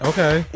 Okay